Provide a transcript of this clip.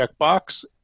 checkbox